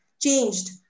changed